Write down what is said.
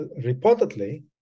reportedly